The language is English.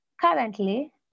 currently